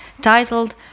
titled